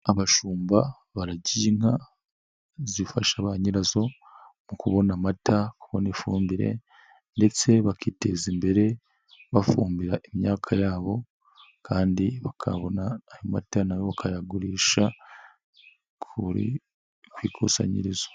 Abashumba, baragiye inka, zifasha ba nyirazo, mu kubona amata, kubona ifumbire ndetse bakiteza imbere, bafumbira imyaka yabo kandi bakabona ayo mata nayo bakayagurisha, ku ikusanyirizo.